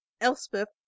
elspeth